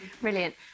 Brilliant